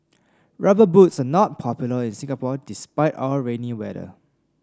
rubber boots are not popular in Singapore despite our rainy weather